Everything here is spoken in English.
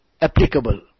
applicable